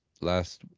last